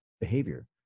behavior